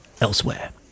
elsewhere